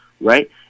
right